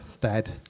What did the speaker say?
dad